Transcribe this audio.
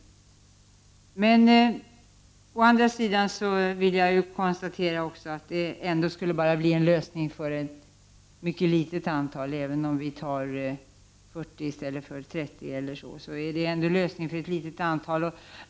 Å andra sidan vill jag också konstatera att det ändå bara skulle bli en lösning för ett mycket litet antal, även om vi tog 40 i stället för 30 eller så.